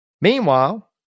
Meanwhile